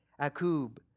Akub